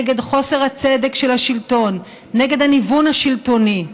נגד חוסר הצדק של השלטון, נגד הניוון השלטוני.